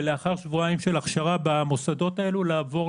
ולאחר שבועיים של הכשרה במוסדות האלה לעבור